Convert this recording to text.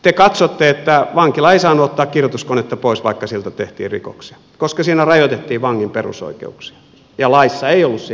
te katsotte että vankila ei saanut ottaa kirjoituskonetta pois vaikka sillä tehtiin rikoksia koska siinä rajoitettiin vangin perusoikeuksia ja laissa ei ollut siihen valtuutusta